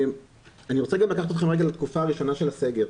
אני רוצה לקחת אתכם רגע לתקופה הראשונה של הסגר.